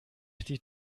die